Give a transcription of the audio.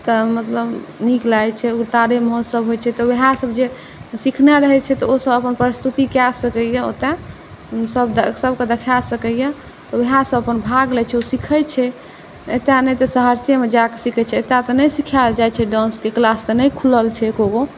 तऽ मतलब नीक लागै छै तारे महोत्सव होइ छै तऽ वएहसब जे सिखने रहै छै तऽ ओसब अपन प्रस्तुति कऽ सकैए ओतऽ सबके देखा सकैए तऽ वएहसब अपन भाग लै छै ओ सिखै छै एतऽ नहि तऽ सहरसेमे जाकऽ सिखै छै एतऽ तऽ नहि सिखाएल जाइ छै डान्सके किलास तऽ नहि खुलल छै एकोगो